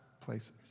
places